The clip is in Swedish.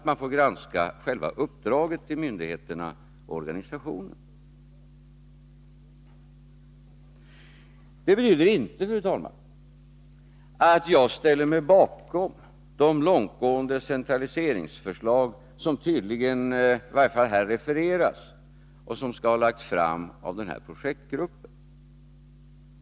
Man får granska själva uppdraget till myndigheterna och organisationen. Detta betyder inte, fru talman, att jag ställer mig bakom de långtgående centraliseringsförslag som det i varje fall här har refererats till och som skall ha lagts fram av projektgruppen.